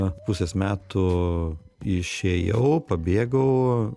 pp pusės metų išėjau pabėgau